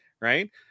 Right